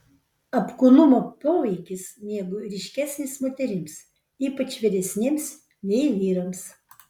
apkūnumo poveikis miegui ryškesnis moterims ypač vyresnėms nei vyrams